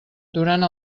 durant